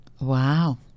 Wow